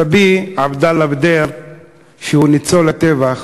סבי עבדאללה בדיר הוא ניצול הטבח.